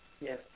Yes